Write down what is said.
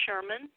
Sherman